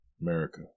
America